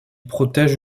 protège